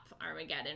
Armageddon